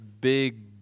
big